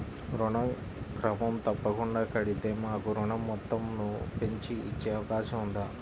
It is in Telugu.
ఋణం క్రమం తప్పకుండా కడితే మాకు ఋణం మొత్తంను పెంచి ఇచ్చే అవకాశం ఉందా?